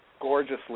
gorgeously